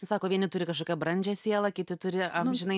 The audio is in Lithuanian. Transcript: sako vieni turi kažkokią brandžią sielą kiti turi amžinai